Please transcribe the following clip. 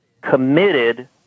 committed